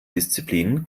disziplin